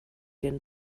den